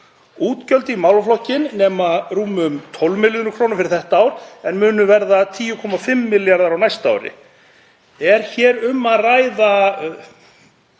Útgjöld í málaflokkinn nema rúmum 12 milljörðum kr. fyrir þetta ár en munu verða 10,5 milljarðar á næsta ári. Er hér um að ræða